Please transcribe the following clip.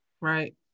right